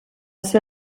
ser